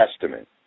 Testament